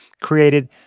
created